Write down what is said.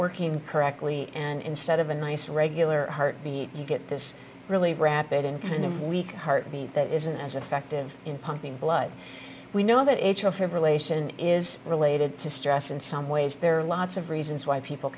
working correctly and instead of a nice regular heartbeat you get this really rapid and kind of weak heart beat that isn't as effective in pumping blood we know that atrial fibrillation is related to stress in some ways there are lots of reasons why people